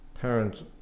parent